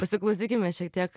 pasiklausykime šiek tiek